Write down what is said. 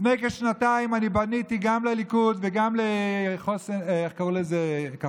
לפני כשנתיים פניתי גם לליכוד וגם לכחול לבן,